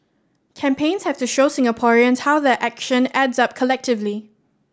campaigns have to show Singaporeans how their action adds up collectively